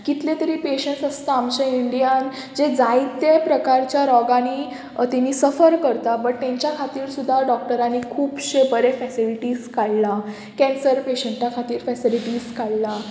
कितले तरी पेशंट्स आसता आमचे इंडियान जे जायते प्रकारच्या रोगांनी तेणी सफर करता बट तेंच्या खातीर सुद्दां डॉक्टरांनी खुबशे बरे फेसिलिटीज काडला कॅन्सर पेशंटा खातीर फेसिलिटीज काडला